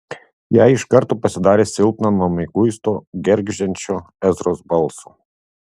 jai iš karto pasidarė silpna nuo mieguisto gergždžiančio ezros balso